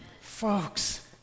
Folks